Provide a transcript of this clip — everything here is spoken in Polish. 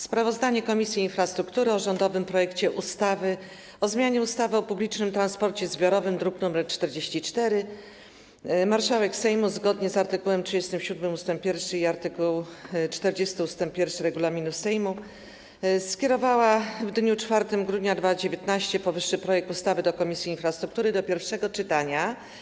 Sprawozdanie Komisji Infrastruktury o rządowym projekcie ustawy o zmianie ustawy o publicznym transporcie zbiorowym, druk nr 44. Marszałek Sejmu, zgodnie z art. 37 ust. 1 i art. 40 ust. 1 regulaminu Sejmu, skierowała w dniu 4 grudnia 2019 r. powyższy projekt ustawy do Komisji Infrastruktury do pierwszego czytania.